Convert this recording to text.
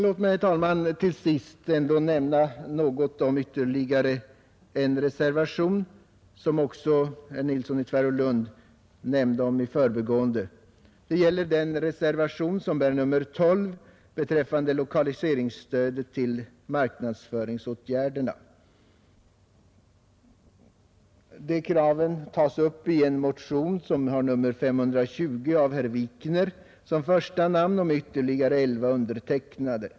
Låt mig till sist, herr talman, nämna något om ytterligare en reservation, som också herr Nilsson i Tvärålund berörde. Det gäller den reservation som bär nummer 12 och avser lokaliseringsstöd till marknadsföringsåtgärder. De krav som där ställs har tagits upp i en motion nr 520 med herr Wikner som första namn och med ytterligare elva undertecknare.